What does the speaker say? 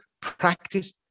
practice